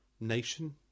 nation